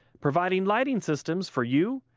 providing lighting systems for you,